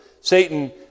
Satan